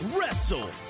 Wrestle